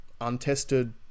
untested